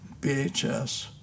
BHS